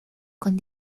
con